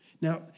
Now